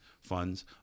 funds